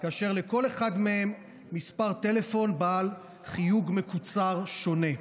כאשר לכל אחד מהם מספר טלפון בעל חיוג מקוצר שונה.